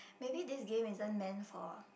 maybe this game isn't meant for